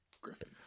Griffin